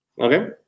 Okay